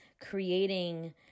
creating